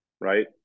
right